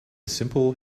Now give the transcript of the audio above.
simple